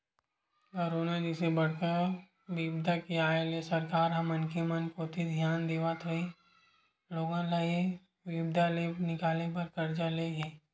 corona जइसे बड़का बिपदा के आय ले सरकार ह मनखे मन कोती धियान देवत होय लोगन ल ऐ बिपदा ले निकाले बर करजा ले हे